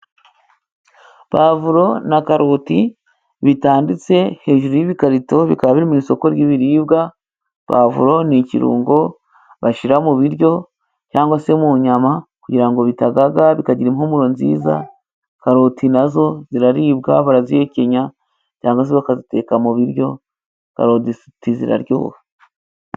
Puwavuro na karoti bitaditse hejuru y'ibikarito, bikaba biri mu isoko ry'ibiribwa. Puwavuro ni ikirungo bashyira mu biryo cyangwa se mu nyama kugira ngo bitagaga, bikagira impumuro nziza, karoti nazo ziraribwa, barazihekenya, cyangwa se bakaziteka mu biryo, karoti ziraryoha.